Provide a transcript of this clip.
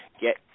get